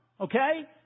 Okay